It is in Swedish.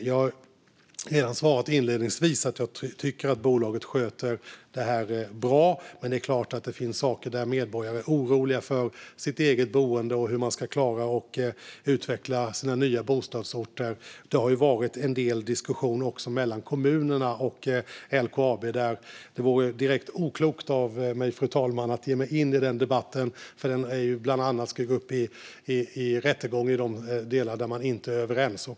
Jag har redan inledningsvis svarat att jag tycker att bolaget sköter detta bra, men det är klart att det finns medborgare som är oroliga för sitt boende och för hur man ska klara att utveckla de nya bostadsorterna. Det har också förekommit en del diskussion mellan kommunerna och LKAB. Det vore direkt oklokt av mig, fru talman, att ge mig in i den debatten, för det ska bland annat bli rättegång om de delar där man inte är överens.